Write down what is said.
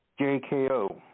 JKO